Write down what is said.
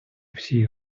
всі